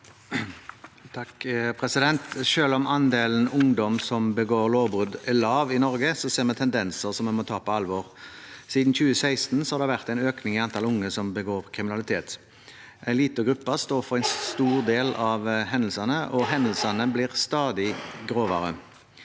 (H) Selv om ande- len ungdom som begår lovbrudd, er lav i Norge, ser vi tendenser som vi må ta på alvor. Siden 2016 har det vært en økning i antallet unge som begår kriminalitet. En liten gruppe står for en stor del av hendelsene, og hendelsene blir stadig grovere.